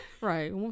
Right